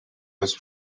his